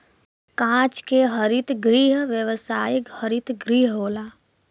कांच के हरित गृह व्यावसायिक हरित गृह होला